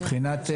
מבחינת חנן,